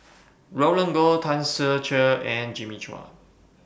Roland Goh Tan Ser Cher and Jimmy Chua